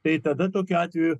tai tada tokiu atveju